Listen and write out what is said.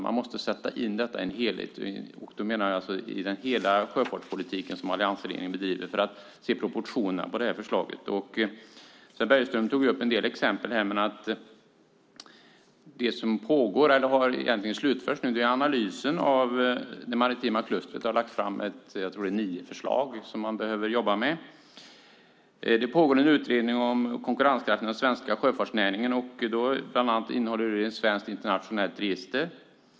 Man måste sätta in förslaget i hela den sjöfartspolitik som alliansregeringen bedriver för att se proportionerna på förslaget. Sven Bergström tog upp en del exempel. Analysen av det maritima klustret har gjorts, och nio förslag har lagts fram på sådant man behöver jobba med. Det pågår en utredning om konkurrenskraften för den svenska sjöfartsnäringen. Bland annat handlar det om ett svenskt internationellt register.